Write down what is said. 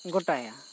ᱜᱚᱴᱟᱭᱟ